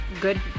good